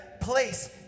place